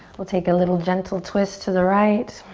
we'll take a little gentle twist to the right.